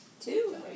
Two